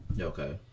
Okay